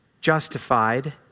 justified